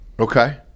Okay